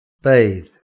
bathe